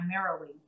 primarily